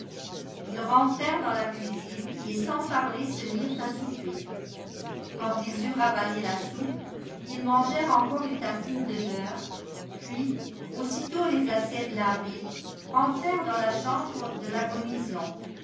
ils rentrèrent dans la cuisine et sans parler se mirent à souper quand ils eurent avalé la soupe ils mangèrent encore une tartine de beurre puis aussitôt les assiettes lavées rentrèrent dans la chambre de